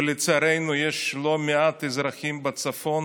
ולצערנו יש לא מעט אזרחים בצפון